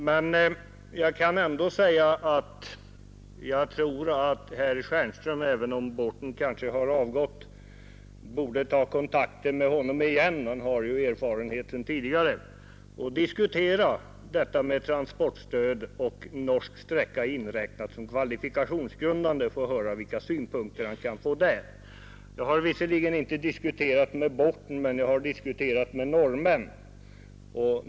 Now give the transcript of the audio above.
Men jag kan ändå säga att även om Borten har avgått borde herr Stjernström ta kontakt med honom igen — han har ju erfarenheten tidigare — och diskutera detta med transportstöd och norsk sträcka inräknad som kvalifikationsgrundande. Då kunde vi få höra vilka synpunkter man kan ha där. Jag har visserligen inte diskuterat med Borten, men jag har diskuterat med andra norrmän.